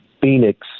Phoenix